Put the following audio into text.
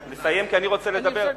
בהחלט, אני רוצה לסיים.